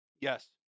Yes